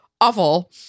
awful